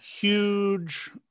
Huge